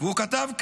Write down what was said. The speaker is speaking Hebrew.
הוא כתב כך,